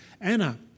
Anna